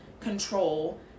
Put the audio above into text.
control